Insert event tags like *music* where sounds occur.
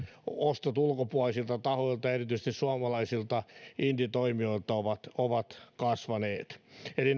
ostot ulkopuolisilta tahoilta ja erityisesti suomalaisilta indietoimijoilta ovat ovat kasvaneet eli *unintelligible*